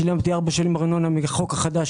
שילמתי ארבע שנים ארנונה בגלל החוק החדש,